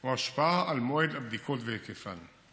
או השפעה על מועד הבדיקות והיקפן.